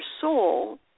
soul